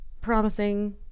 promising